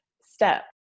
step